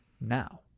now